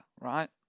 right